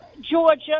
Georgia